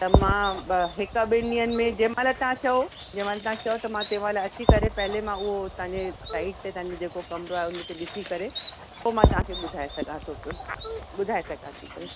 त मां हिकु ॿिनि ॾींहनि में जंहिं महिल तव्हां चओ जंहिं महिल तव्हां चओ त मां तंहिं महिल अची करे पहिरियों मां उहो तव्हांजे साइट ते तव्हांजो जेको कमरो आहे उन ते ॾिसी करे पोइ मां तव्हांखे ॿुधाए सघां थो पियो ॿुधाए सघां थी पई